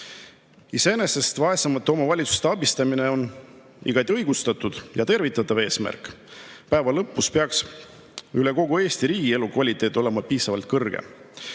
Iseenesest on vaesemate omavalitsuste abistamine igati õigustatud ja tervitatav eesmärk. Päeva lõpus peaks üle kogu Eesti riigi elukvaliteet olema piisavalt kõrge.